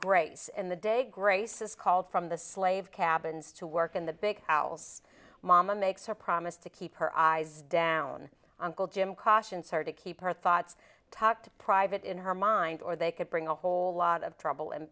grace and the day grace is called from the slave cabins to work in the big house mama makes her promise to keep her eyes down on gold jim caution sir to keep her thoughts tucked private in her mind or they could bring a whole lot of trouble and